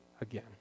again